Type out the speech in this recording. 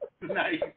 Nice